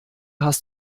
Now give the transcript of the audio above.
hast